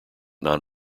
non